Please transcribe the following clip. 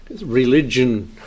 religion